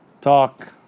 talk